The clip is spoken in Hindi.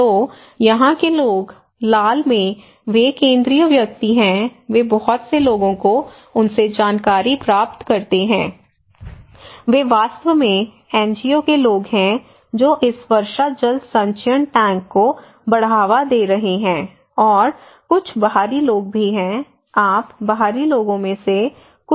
तो यहां के लोग लाल में वे केंद्रीय व्यक्ति हैं वे बहुत से लोगों को उनसे जानकारी प्राप्त करते हैं वे वास्तव में एनजीओ के लोग हैं जो इस वर्षा जल संचयन टैंक को बढ़ावा दे रहे हैं और कुछ बाहरी लोग भी हैं आप बाहरी लोगों में से कुछ को देख सकते हैं